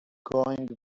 going